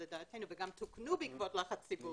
וגם תוקנו בעקבות לחץ ציבורי.